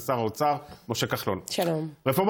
לפני דקות ספורות אושר בקריאה שנייה ושלישית